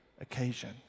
occasion